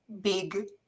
big